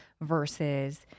versus